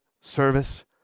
service